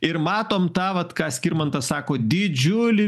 ir matom tą vat ką skirmantas sako didžiulį